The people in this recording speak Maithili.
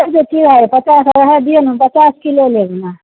एहिसँ की हैत पचास रहऽ दिऔ ने पचास किलो लेब ने